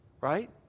right